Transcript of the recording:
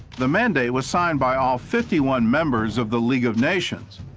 the mandate was signed by all fifty one members of the legal of nations,